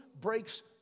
breaks